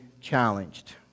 challenged